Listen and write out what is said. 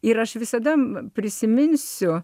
ir aš visada prisiminsiu